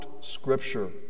Scripture